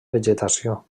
vegetació